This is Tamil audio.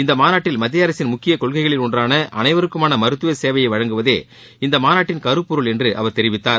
இந்த மாநாட்டில் மத்திய அரசின் முக்கிய கொள்கைகளில் ஒன்றான அனைவருக்குமான மருத்துவ சேவையை வழங்குவதே இந்த மாநாட்டின் கருப்பொருள் என்று அவர் தெரிவித்தார்